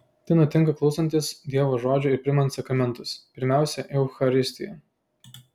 tai nutinka klausantis dievo žodžio ir priimant sakramentus pirmiausia eucharistiją